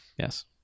Yes